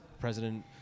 president